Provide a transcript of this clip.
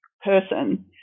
person